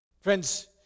Friends